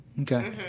Okay